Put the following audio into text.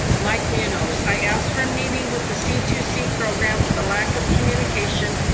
mike munoz. i asked for a meeting with the c two c program for the lack of communication,